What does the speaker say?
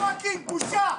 פאקינג בושה.